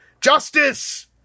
Justice